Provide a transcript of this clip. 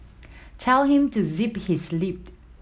tell him to zip his lip